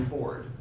Ford